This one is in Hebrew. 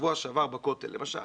בשבוע שעבר בכותל למשל,